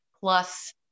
plus